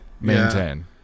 maintain